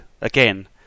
again